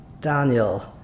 Daniel